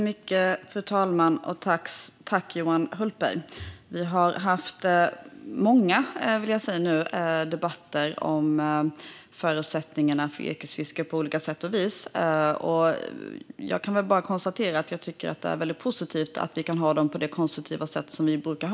Fru talman! Johan Hultberg och jag har haft många olika debatter om förutsättningar för yrkesfiske. Det är väldigt positivt att vi kan föra dem på det konstruktiva sätt som vi brukar.